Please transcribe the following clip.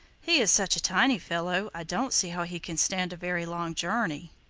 he is such a tiny fellow i don't see how he can stand a very long journey.